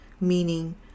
meaning